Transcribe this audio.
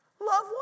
Love